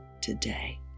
today